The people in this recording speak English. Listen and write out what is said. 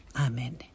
amen